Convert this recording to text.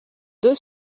deux